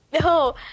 No